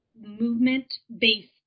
movement-based